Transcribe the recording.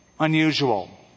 Unusual